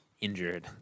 injured